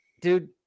dude